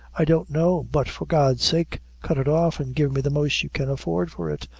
i don't know but for god's sake cut it off, and give me the most you can afford for it.